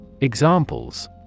Examples